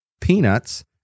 peanuts